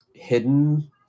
hidden